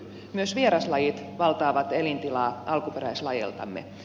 myös vieraslajit valtaavat elintilaa alkuperäislajeiltamme